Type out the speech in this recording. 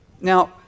Now